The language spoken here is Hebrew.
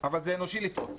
אבל זה אנושי לטעות,